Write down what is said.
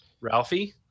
Ralphie